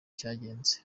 cyagenze